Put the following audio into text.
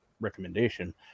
recommendation